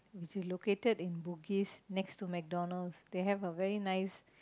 it's located in Bugis next to McDonald's they have a very nice